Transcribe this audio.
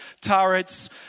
turrets